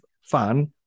fun